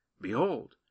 Behold